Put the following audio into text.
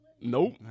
Nope